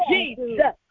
Jesus